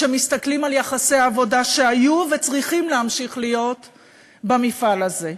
כשמסתכלים על יחסי העבודה שהיו וצריכים להמשיך להיות במפעל הזה,